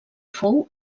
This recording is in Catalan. fou